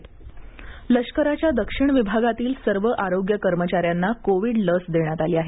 लष्कर लसीकरण लष्कराच्या दक्षिण विभागातील सर्व आरोग्य कर्मचाऱ्यांना कोविड लस देण्यात आली आहे